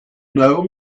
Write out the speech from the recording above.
know